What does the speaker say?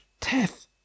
Teth